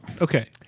okay